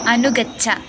अनुगच्छ